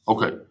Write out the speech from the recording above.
Okay